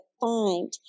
find